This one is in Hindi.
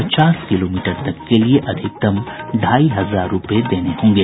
पचास किलोमीटर तक के लिए अधिकतम ढाई हजार रूपये देने होंगे